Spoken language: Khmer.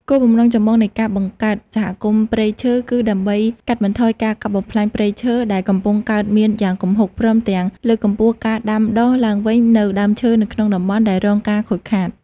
គោលបំណងចម្បងនៃការបង្កើតសហគមន៍ព្រៃឈើគឺ ដើម្បីកាត់បន្ថយការកាប់បំផ្លាញព្រៃឈើដែលកំពុងកើតមានយ៉ាងគំហុក ព្រមទាំង លើកកម្ពស់ការដាំដុះឡើងវិញ នូវដើមឈើនៅក្នុងតំបន់ដែលរងការខូចខាត។